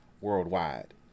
worldwide